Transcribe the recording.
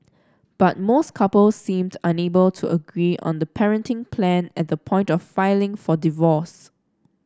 but most couples seemed unable to agree on the parenting plan at the point of filing for divorce